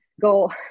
go